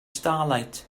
starlight